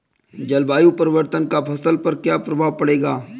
जलवायु परिवर्तन का फसल पर क्या प्रभाव पड़ेगा?